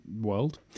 world